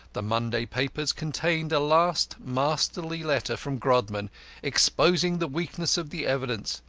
the monday papers contained a last masterly letter from grodman exposing the weakness of the evidence,